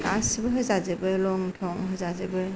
गासिबो होजाजोबो लं थं होजाजोबो